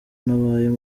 ntabaye